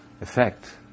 effect